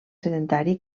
sedentari